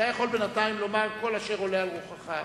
אתה יכול בינתיים לומר כל אשר עולה על רוחך.